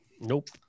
Nope